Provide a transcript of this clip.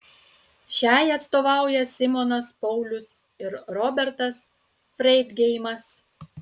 šiai atstovauja simonas paulius ir robertas freidgeimas